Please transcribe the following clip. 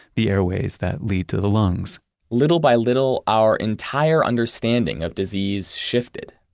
the airways that lead to the lungs little by little, our entire understanding of disease shifted.